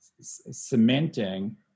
cementing